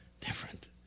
different